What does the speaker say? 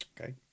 okay